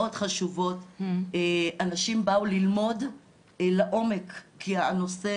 מאוד חשובות, אנשים באו ללמוד לעומק, כי הנושא